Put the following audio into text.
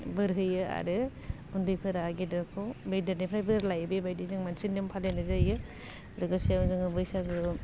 बोर होयो आरो उन्दैफोरा गेदेरखौ गेदेरनिफ्राय बोर लायो बेबायदि जों मोनसे नेम फालिनाय जायो लोगोसे जोङो बैसागोयाव